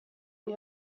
you